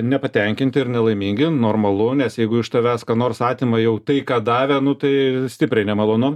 nepatenkinti ir nelaimingi normalu nes jeigu iš tavęs ką nors atima jau tai ką davė nu tai stipriai nemalonu